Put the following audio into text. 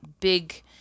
Big